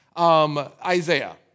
Isaiah